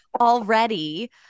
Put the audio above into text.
already